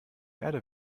erde